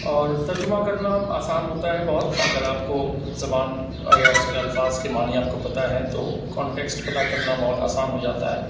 اور ترجمہ کرنا آسان ہوتا ہے بہت اگر آپ کو زبان یا اس کے الفاظ کے معانی آپ کو پتہ ہے تو کانٹیکسٹ پتہ کرنا بہت آسان ہو جاتا ہے